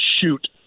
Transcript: shoot